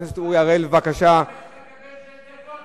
דיברת על משפט סיום,